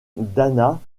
dana